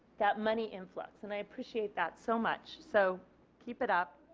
that money influx and i appreciate that so much so keep it up.